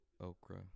okra